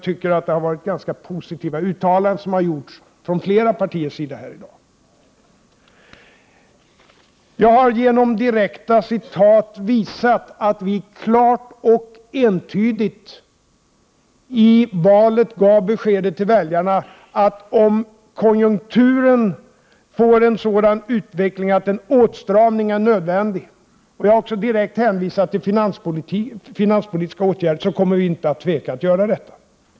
Det har i dag gjorts ganska positiva uttalanden från flera partiers sida. Jag har genom direkt citat visat att vi socialdemokrater i valrörelsen klart och entydigt gav väljarna beskedet att om konjunkturen får en sådan utveckling att en åtstramning är nödvändig — och det gjordes också en direkt hänvisning till finanspolitiska åtgärder — kommer socialdemokraterna inte att tveka att genomföra en sådan.